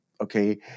Okay